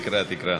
תקרא, תקרא.